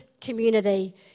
community